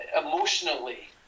Emotionally